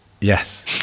yes